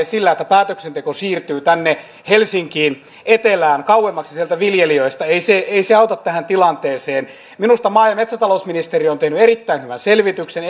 sillä että päätöksenteko siirtyy tänne helsinkiin etelään kauemmaksi sieltä viljelijöistä ei se ei se auta tähän tilanteeseen minusta maa ja metsätalousministeriö on tehnyt erittäin hyvän selvityksen